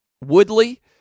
Woodley